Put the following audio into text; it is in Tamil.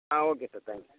ah okay sir thank you